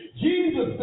Jesus